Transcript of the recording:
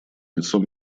лицом